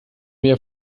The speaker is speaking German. mehr